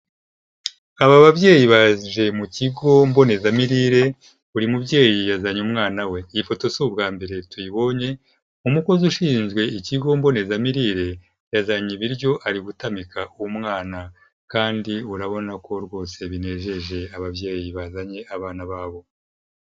Aba babyeyi baje mu kigo mbonezamirire, buri mubyeyi yazanye umwana we, iyi foto si ubwa mbere tuyibonye, umukozi ushinzwe ikigo mbonezamirire, yazanye ibiryo ari gutamika umwana kandi urabona ko rwose binejeje ababyeyi bazanye abana babo.